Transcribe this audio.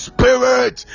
Spirit